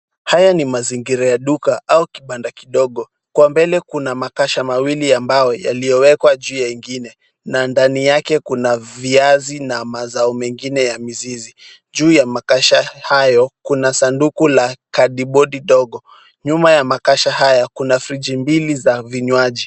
Haya ni mazingira ya duka au kibanda kidogo. Kwa mbele kuna makasha mbili ya mbao yaliyowekwa juu ya ingine na ndani yake kuna viazi na mazao mengine ya mizizi. Juu ya makasha hayo kuna sanduku la kadibodi ndogo. Nyuma ya makasha hayo, kuna friji mbili za vinywaji.